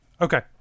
Okay